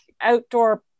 outdoor